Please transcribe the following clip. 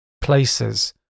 places